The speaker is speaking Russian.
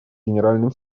генеральным